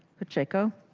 pacheco.